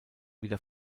wieder